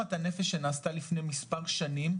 ברפורמת הנפש שנעשתה לפני מספר שנים,